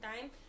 time